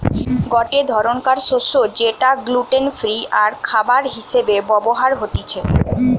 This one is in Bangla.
গটে ধরণকার শস্য যেটা গ্লুটেন ফ্রি আরখাবার হিসেবে ব্যবহার হতিছে